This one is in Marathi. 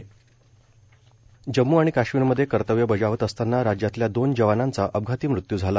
जवान शहीद जम्म् आणि काश्मीरमध्ये कर्तव्य बजावत असताना राज्यातल्या दोन जवानांचा अपघाती मृत्यू झाला